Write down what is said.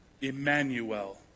Emmanuel